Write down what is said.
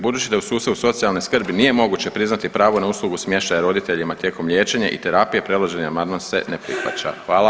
Budući da u sustavu socijalne skrbi nije moguće priznati pravo na uslugu smještaja roditeljima tijekom liječenja i terapije predloženi amandman se ne prihvaća.